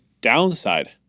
downside